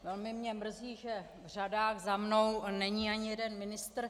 Velmi mě mrzí, že v řadách za mnou není ani jeden ministr.